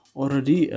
already